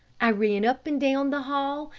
i ran up and down the hall,